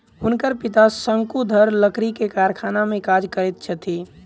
हुनकर पिता शंकुधर लकड़ी के कारखाना में काज करैत छथि